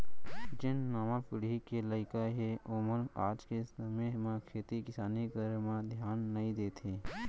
जेन नावा पीढ़ी के लइका हें ओमन आज के समे म खेती किसानी करे म धियान नइ देत हें